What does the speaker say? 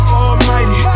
almighty